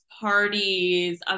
parties